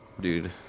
Dude